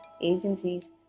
agencies